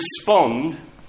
respond